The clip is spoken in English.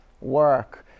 work